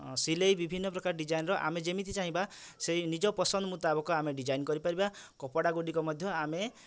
ସିଲେଇ ବିଭିନ୍ନ ପ୍ରକାର ଡିଜାଇନ୍ର ଆମେ ଯେମିତି ଚାହିଁବା ସେଇ ନିଜ ପସନ୍ଦ ମୁତାବକ ଆମେ ଡିଜାଇନ୍ କରିପାରିବା କପଡ଼ାଗୁଡ଼ିକ ମଧ୍ୟ ଆମେ